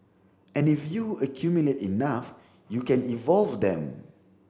and if you accumulate enough you can evolve them